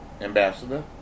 Ambassador